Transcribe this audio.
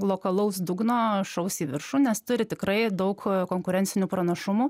lokalaus dugno šaus į viršų nes turi tikrai daug konkurencinių pranašumų